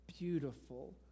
beautiful